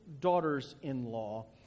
daughters-in-law